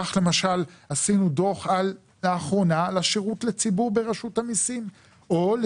כך למשל עשינו דוח לאחרונה על השירות לציבור ברשות המסים או,